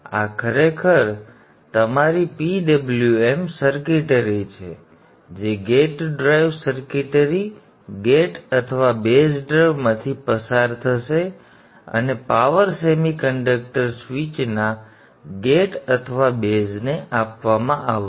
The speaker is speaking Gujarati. તેથી આ ખરેખર તમારી PWM સર્કિટરી છે જે ગેટ ડ્રાઇવ સર્કિટરી ગેટ અથવા બેઝ ડ્રાઇવમાંથી પસાર થશે અને પાવર સેમિકન્ડક્ટર સ્વિચના ગેટ અથવા બેઝને આપવામાં આવશે